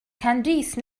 candice